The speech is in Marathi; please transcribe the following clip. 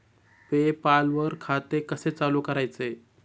पे पाल वर खाते कसे चालु करायचे